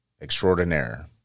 extraordinaire